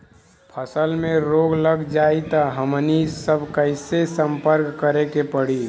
फसल में रोग लग जाई त हमनी सब कैसे संपर्क करें के पड़ी?